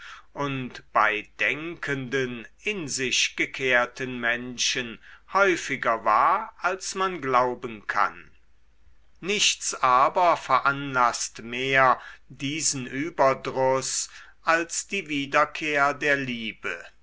und bei denkenden in sich gekehrten menschen häufiger war als man glauben kann nichts aber veranlaßt mehr diesen überdruß als die wiederkehr der liebe